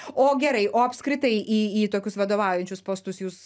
o gerai o apskritai į į tokius vadovaujančius postus jūs